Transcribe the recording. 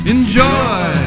Enjoy